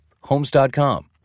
Homes.com